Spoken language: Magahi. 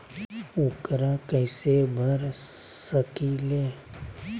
ऊकरा कैसे भर सकीले?